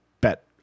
bet